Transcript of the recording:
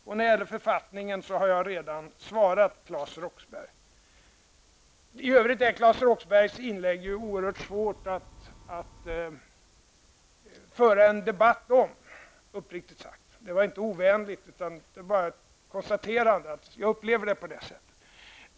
När det gäller författningen har jag redan besvarat I övrigt är Claes Roxberghs inlägg uppriktigt sagt oerhört svårt att föra en debatt om. Det var inte något ovänligt, utan bara ett konstaterande -- jag upplevde det så.